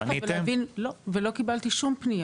לפני יותר משלושים שנה לא מצליחים --- את מדברת על פסיכולוגים?